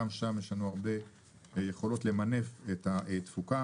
גם שם יש לנו הרבה יכולות למנף את התפוקה.